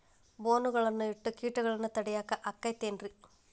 ಬೋನ್ ಗಳನ್ನ ಇಟ್ಟ ಕೇಟಗಳನ್ನು ತಡಿಯಾಕ್ ಆಕ್ಕೇತೇನ್ರಿ?